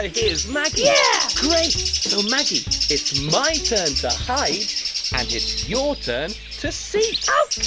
ah is maggie. yeah! great. so, maggie. it's my turn to hide and it's your turn to seek.